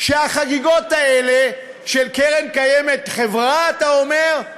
שהחגיגות האלה של קרן קיימת, חברה, אתה אומר?